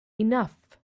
enough